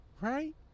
right